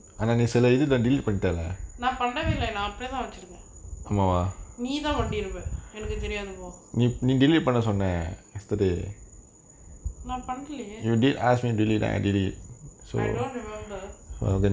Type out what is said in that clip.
நா பண்ணவே இல்ல நா அப்புடியே தா வச்சிக்குற நீதா பண்ணிருப்ப எனக்கு தெரியாது போ நா பண்ணலயே:naa pannavae illa naa appudiyae thaa vachikura neetha pannirupa enaku theriyathu po naa pannalayae I don't remember